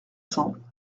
cents